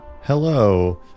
hello